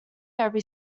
every